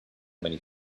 many